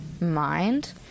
mind